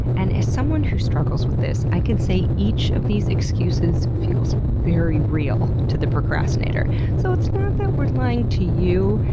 and as someone who struggles with this, i can say, each of these excuses feels very real to the procrastinator. so, it's not that we're lying to you,